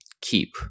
keep